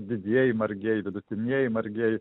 didieji margieji vidutinieji margieji